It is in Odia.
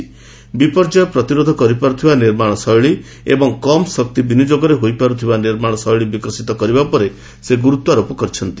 ସେହିପରି ବିପର୍ଯ୍ୟୟର ପ୍ରତିରୋଧ କରିପାରୁଥିବା ନିର୍ମାଣ ଶୈଳୀ ଏବଂ କମ୍ ଶକ୍ତି ବିନିଯୋଗରେ ହୋଇପାରୁଥିବା ନିର୍ମାଣ ଶୈଳୀ ବିକଶିତ କରିବା ଉପରେ ସେ ଗୁର୍ରତ୍ୱାରୋପ କରିଛନ୍ତି